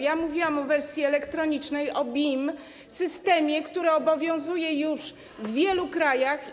Ja mówiłam o wersji elektronicznej, o BIM, systemie, który obowiązuje już w wielu krajach.